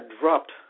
dropped